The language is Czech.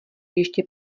ještě